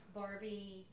barbie